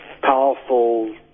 powerful